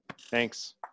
Thanks